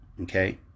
Okay